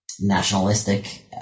nationalistic